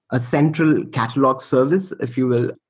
a central catch log service, if you will,